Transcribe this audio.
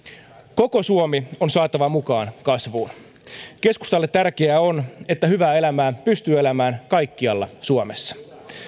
koko suomi on saatava mukaan kasvuun keskustalle tärkeää on että hyvää elämää pystyy elämään kaikkialla suomessa